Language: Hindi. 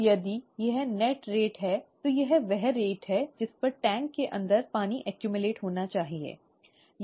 अब यदि यह असल दर है तो यह वह दर है जिस पर टैंक के अंदर पानी जमा होना चाहिए है ना